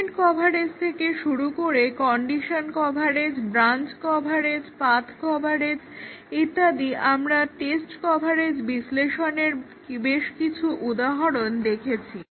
statement coverage থেকে শুরু করে condition coverage branch coverage path coverage ইত্যাদি আমরা টেস্ট কভারেজ বিশ্লেষনের বেশ কিছু উদাহরণ দেখেছি